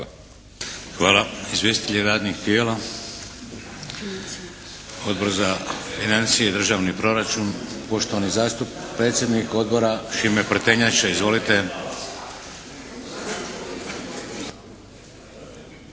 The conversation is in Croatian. Hvala. Izvjestitelji radnih tijela? Odbor za financije i državni proračun, poštovani predsjednik Odbora Šime Prtenjača. Izvolite!